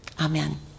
Amen